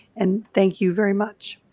and thank you very much.